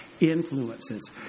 influences